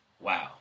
Wow